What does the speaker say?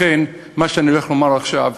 לכן במה שאני הולך לומר עכשיו,